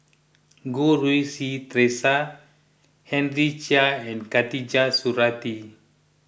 Goh Rui Si theresa Henry Chia and Khatijah Surattee